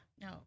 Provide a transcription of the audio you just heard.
No